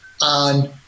on